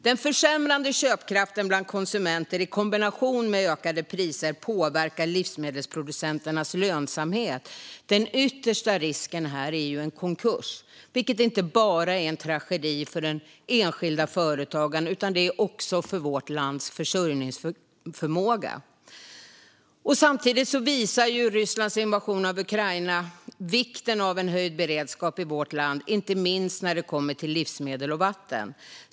Den försämrande köpkraften bland konsumenter i kombination med ökade priser påverkar livsmedelsproducenternas lönsamhet. Den yttersta risken här är konkurs, vilket är en tragedi inte bara för den enskilda företagaren utan också för vårt lands försörjningsförmåga. Samtidigt visar Rysslands invasion av Ukraina på vikten av höjd beredskap i vårt land, inte minst när det kommer till livsmedel och vatten.